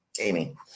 Amy